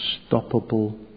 unstoppable